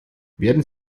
werden